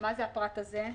מה זה הפרט הזה?